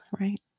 right